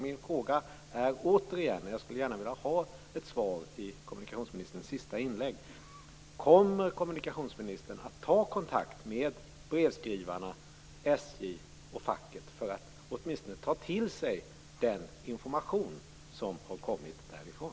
Min fråga är återigen - och jag skulle gärna vilja ha ett svar i kommunikationsministerns avslutande inlägg: Kommer kommunikationsministern att ta kontakt med brevskrivarna, SJ och facket för att åtminstone ta till sig den information som har kommit därifrån?